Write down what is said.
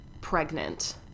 pregnant